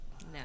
No